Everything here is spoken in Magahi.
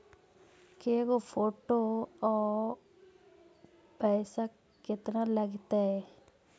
के गो फोटो औ पैसा केतना लगतै?